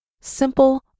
simple